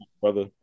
Brother